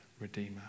Redeemer